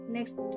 Next